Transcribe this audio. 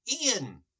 Ian